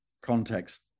context